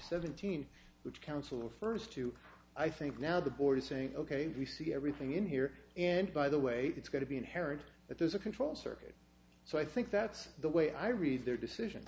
seventeen which counselor first to i think now the board is saying ok we see everything in here and by the way it's going to be inherent but there's a control circuit so i think that's the way i read their decision